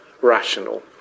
rational